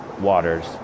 Waters